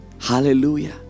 hallelujah